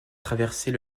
traverser